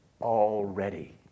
already